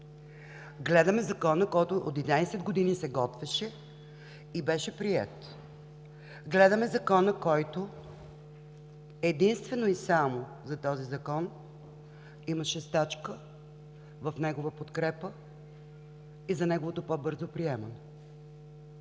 Гледаме Закона, който от 11 години се готвеше и беше приет. Гледаме Закона, който единствено и само за този Закон, имаше стачка в негова подкрепа и за неговото по-бързо приемане.